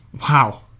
Wow